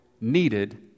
needed